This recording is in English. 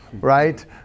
right